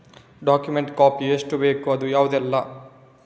Document copy ಎಷ್ಟು ಬೇಕು ಅದು ಯಾವುದೆಲ್ಲ?